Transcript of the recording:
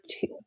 two